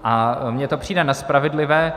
A mně to přijde nespravedlivé.